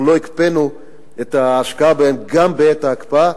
אנחנו לא הקפאנו את ההשקעה בהם גם בעת ההקפאה,